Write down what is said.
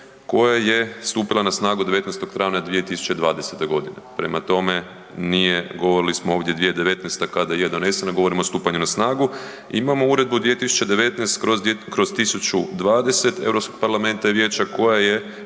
koja je stupila na snagu 19. travnja 2020. godine. Prema tome, nije govorili smo ovdje 2019. kada je donesena, govorimo o stupanju na snagu. Imamo Uredbu 2019/120 Europskog parlamenta i vijeća koja je